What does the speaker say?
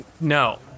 No